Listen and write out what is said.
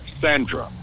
Sandra